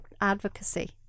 advocacy